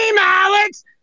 Alex